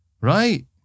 Right